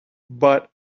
but